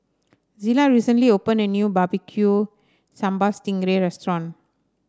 Zillah recently opened a new barbecu Sambal Sting Ray restaurant